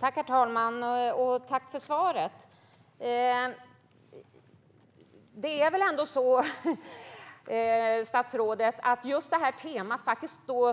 Herr talman! Jag tackar för svaret. Det är väl ändå så, statsrådet, att just detta tema,